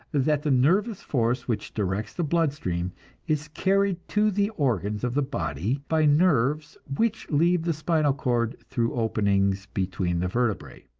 that the nervous force which directs the blood-stream is carried to the organs of the body by nerves which leave the spinal cord through openings between the vertebrae.